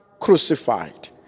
crucified